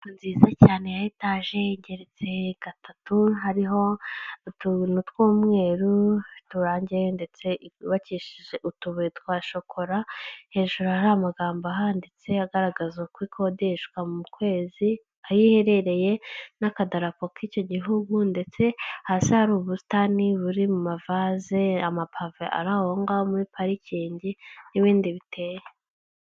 Inzu nziza cyane ya etaje igeretse 3 hariho utuntu tw'umweru turangiye ndetse yubakishije utubuye twa shokora hejuru hari amagambo ahanditse agaragaza uko ikodeshwa mu kwezi aho iherereye n'akadarapo k'icyo gihugu ndetse hasi hari ubusitani buri mu mavase amapave ahonga muri parikingi n'ibindi biteye.